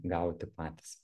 gauti patys